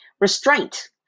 Restraint